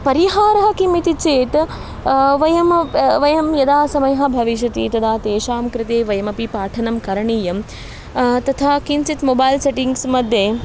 परिहारः किम् इति चेत् वयं वयं यदा समयः भविष्यति तदा तेषां कृते वयमपि पाठनं करणीयं तथा किञ्चित् मोबैल् सेटिङ्ग्स्मध्ये